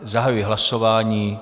Zahajuji hlasování.